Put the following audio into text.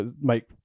make